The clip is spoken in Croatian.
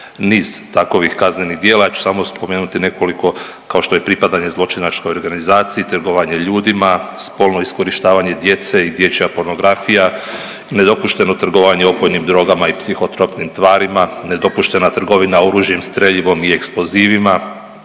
niz takovih kaznenih djela, ja ću samo spomenuti nekoliko, kao što je pripadanje zločinačkoj organizaciji, trgovanje ljudima, spolno iskorištavanje djece i dječja pornografija, nedopušteno trgovanje opojnim drogama i psihotropnim tvarima, nedopuštena trgovina oružjem, streljivom i eksplozivima,